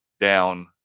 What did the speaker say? down